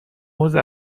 عضو